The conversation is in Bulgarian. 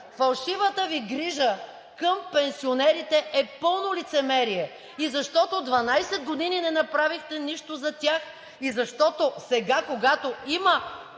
Фалшивата Ви грижа към пенсионерите е пълно лицемерие, защото 12 години не направихте нищо за тях и защото сега, когато има